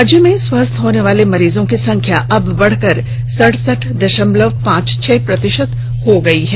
राज्य में स्वस्थ होने वाले मरीजों की संख्या अब बढ़कर सड़सठ दषमलव पांच छह प्रतिशत हो गयी है